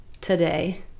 today